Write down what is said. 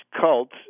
cult